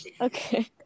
okay